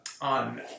on